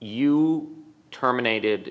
you terminated